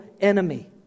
enemy